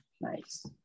Nice